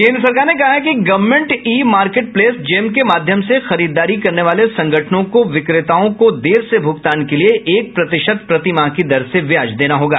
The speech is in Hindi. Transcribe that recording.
केंद्र सरकार ने कहा है कि गवर्मेंट ई मार्केटप्लेस जेम के माध्यम से खरीददारी करने वाले संगठनों को विक्रेताओं को देर से भुगतान के लिए एक प्रतिशत प्रतिमाह की दर से ब्याज देना होगा